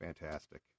Fantastic